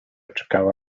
czekała